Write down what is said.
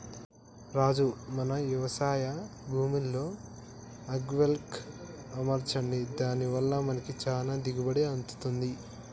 రాజు మన యవశాయ భూమిలో అగ్రైవల్టెక్ అమర్చండి దాని వల్ల మనకి చానా దిగుబడి అత్తంది